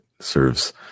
serves